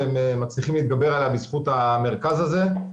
והם מצליחים להתגבר עליה בזכות המרכז הזה.